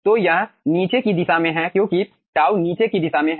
तो यह नीचे की दिशा में है क्योंकि τ नीचे की दिशा में है